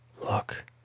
Look